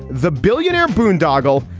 the billionaire boondoggle.